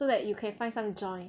so that you can find some joy